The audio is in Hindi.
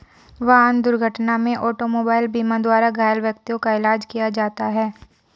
वाहन दुर्घटना में ऑटोमोबाइल बीमा द्वारा घायल व्यक्तियों का इलाज किया जाता है